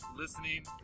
listening